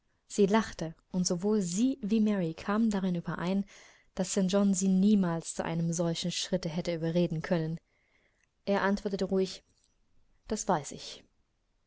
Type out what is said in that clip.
sie lachte und sowohl sie wie mary kamen darin überein daß st john sie niemals zu einem solchen schritte hätte überreden können er antwortete ruhig das weiß ich